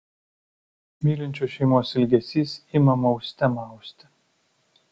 mylinčios šeimos ilgesys ima mauste mausti